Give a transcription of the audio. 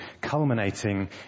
culminating